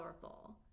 powerful